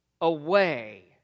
away